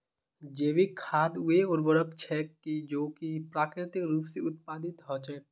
जैविक खाद वे उर्वरक छेक जो कि प्राकृतिक रूप स उत्पादित हछेक